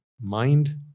mind